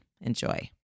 Enjoy